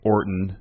Orton